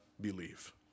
believe